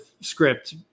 script